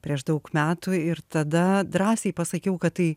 prieš daug metų ir tada drąsiai pasakiau kad tai